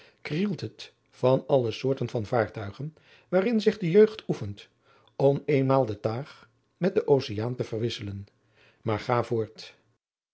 het van alle soorten van vaartuigen waarin zich adriaan loosjes pzn het leven van maurits lijnslager de jeugd oefent om eenmaal den taag met den oceaan te verwisselen maar ga voort